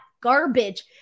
garbage